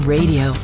Radio